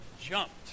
jumped